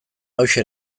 hauxe